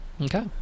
Okay